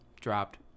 dropped